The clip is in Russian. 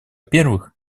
первых